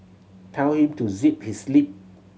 tell him to zip his lip